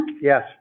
Yes